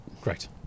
Great